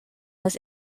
was